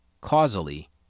causally